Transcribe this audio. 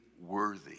worthy